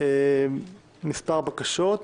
מספר בקשות.